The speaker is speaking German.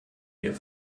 wir